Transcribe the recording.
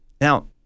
Now